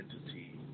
entity